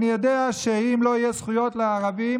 אני יודע שאם לא יהיו זכויות לערבים,